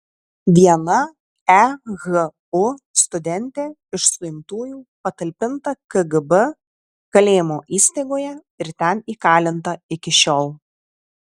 viena ehu studentė iš suimtųjų patalpinta kgb kalėjimo įstaigoje ir ten įkalinta iki šiol